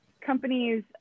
companies